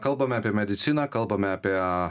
kalbame apie mediciną kalbame apie